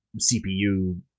CPU